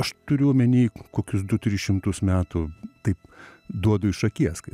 aš turiu omeny kokius du tris šimtus metų taip duodu iš akies kai